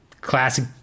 Classic